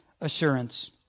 assurance